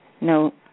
no